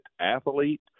athlete